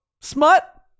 smut